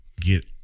Get